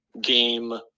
game